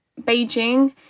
Beijing